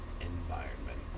environment